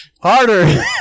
Harder